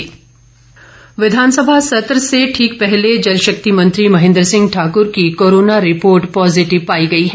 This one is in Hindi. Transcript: महेन्द्र सिंह विधानसभा सत्र से ठीक पहले जल शक्ति मंत्री महेन्द्र सिंह ठाकुर की कोरोना रिपोर्ट पॉज़िटिव पाई गई है